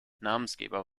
namensgeber